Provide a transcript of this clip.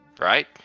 Right